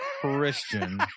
christian